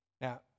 Now